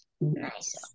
nice